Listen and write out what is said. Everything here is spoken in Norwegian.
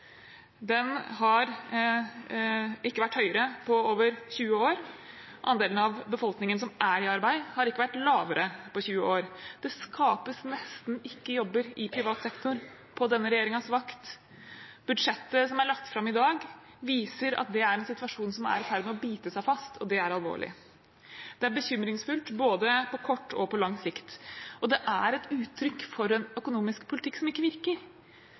har ikke vært høyere på over 20 år. Andelen av befolkningen som er i arbeid, har ikke vært lavere på 20 år. Det skapes nesten ikke jobber i privat sektor på denne regjeringens vakt. Budsjettet som er lagt fram i dag, viser at det er en situasjon som er i ferd med å bite seg fast, og det er alvorlig. Det er bekymringsfullt både på kort og på lang sikt, og det er uttrykk for en økonomisk politikk som ikke virker,